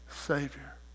Savior